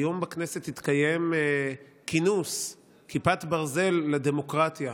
היום בכנסת התקיים כינוס, "כיפת ברזל לדמוקרטיה".